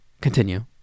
Continue